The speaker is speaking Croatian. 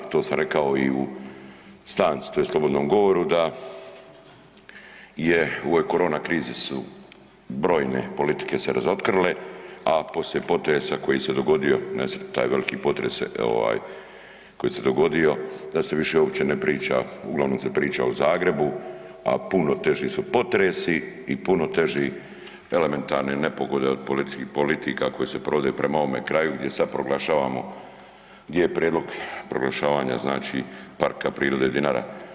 To sam rekao i u stanci tj. slobodnom govoru da je u ovoj korona krizi su brojne politike se razotkrile, a poslije potresa koji se dogodio, nesretni taj veliki potres se ovaj koji se dogodio da se više uopće ne priča, uglavnom se priča o Zagrebu, a puno su potresi i puno teži elementarne nepogode od politika koje se provede prema ovome kraju gdje sad proglašavamo, gdje je prijedlog proglašavanja, znači Parka prirode Dinara.